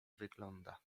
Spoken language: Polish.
wygląda